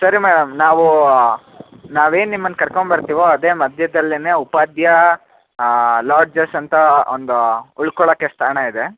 ಸರಿ ಮೇಡಮ್ ನಾವು ನಾವೇನು ನಿಮ್ಮನ್ನು ಕರ್ಕೊಂಡ್ ಬರ್ತೀವೋ ಅದೇ ಮಧ್ಯದಲ್ಲೇನೆ ಉಪಾಧ್ಯಾ ಲಾಡ್ಜಸ್ ಅಂತ ಒಂದು ಉಳ್ಕೊಳ್ಳೋಕ್ಕೆ ಸ್ಥಾನ ಇದೆ